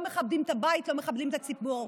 לא מכבדים את הבית, לא מכבדים את הציבור.